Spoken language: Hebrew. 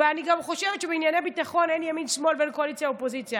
ואני גם חושבת שבענייני ביטחון אין ימין שמאל ואין קואליציה אופוזיציה,